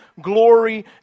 glory